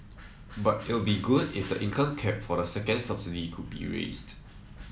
but it'd be good if the income cap for the second subsidy could be raised